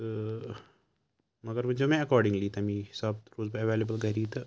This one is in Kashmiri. تہٕ مگر ؤنۍزیو مےٚ اٮ۪کاڈِنٛگلی تَمی حِساب تہِ روٗزٕ بہٕ اٮ۪وٮ۪لیبٕل گَری تہٕ